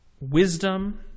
wisdom